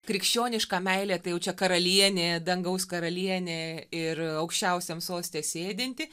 krikščioniška meilė tai jau čia karalienė dangaus karalienė ir aukščiausiam soste sėdinti